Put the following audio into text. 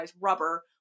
rubber